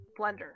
blender